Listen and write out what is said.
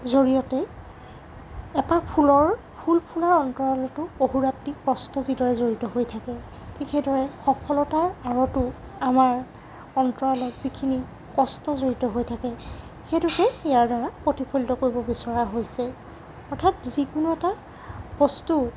জৰিয়তে এপাহ ফুলৰ ফুল ফুলাৰ অন্তৰালতো বহুৰাত্ৰিৰ কষ্ট যিদৰে জড়িত হৈ থাকে ঠিক সেইদৰে সফলতাৰ আঁৰতো আমাৰ অন্তৰালত যিখিনি কষ্ট জড়িত হৈ থাকে সেইটোকে ইয়াৰ দ্বাৰা প্ৰতিফলিত কৰিব বিচৰা হৈছে অৰ্থাৎ যিকোনো এটা বস্তু